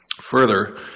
Further